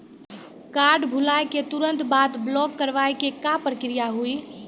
Card भुलाए के तुरंत बाद ब्लॉक करवाए के का प्रक्रिया हुई?